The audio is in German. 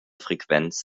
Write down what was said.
frequenz